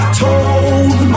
told